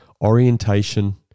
orientation